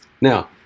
Now